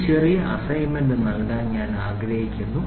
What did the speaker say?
ഒരു ചെറിയ അസൈൻമെന്റ് നൽകാൻ ഞാൻ ആഗ്രഹിക്കുന്നു